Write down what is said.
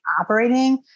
operating